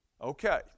okay